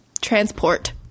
transport